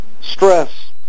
Stress